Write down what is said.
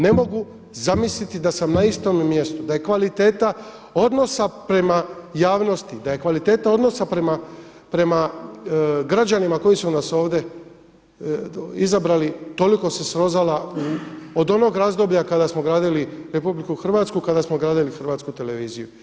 Ne mogu zamisliti da sam na istome mjestu, da je kvaliteta odnosa prema javnosti, da je kvaliteta odnosa prema građanima koji su nas ovdje izabrali toliko se srozala od onoga razdoblja kada smo gradili RH, kada smo gradili Hrvatsku televiziju.